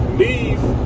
leave